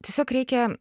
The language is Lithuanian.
tiesiog reikia